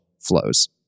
flows